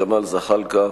ג'מאל זחאלקה,